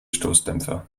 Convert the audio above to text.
stoßdämpfer